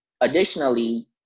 Additionally